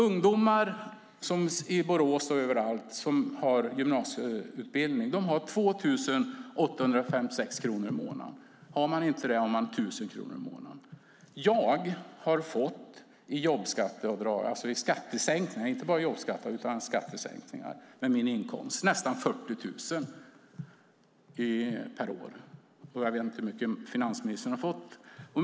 Ungdomar, i Borås och överallt, som har gymnasieutbildning har 2 856 kronor i månaden. Har man inte det har man 1 000 kronor i månaden. Jag har med min inkomst fått skattesänkningar på nästan 40 000 per år. Jag vet inte hur mycket finansministern har fått.